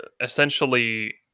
essentially